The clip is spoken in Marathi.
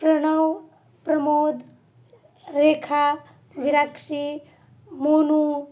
प्रणव प्रमोद रेखा विराक्षी मोनू